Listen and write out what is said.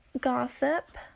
gossip